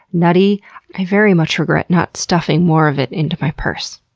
nutty i very much regret not stuffing more of it into my purse.